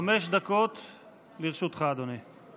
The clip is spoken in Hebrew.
חמש דקות לרשותך, אדוני.